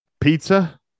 Pizza